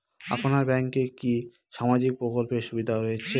আপনার ব্যাংকে কি সামাজিক প্রকল্পের সুবিধা রয়েছে?